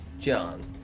John